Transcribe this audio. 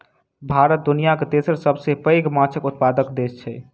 भारत दुनियाक तेसर सबसे पैघ माछक उत्पादक देस छै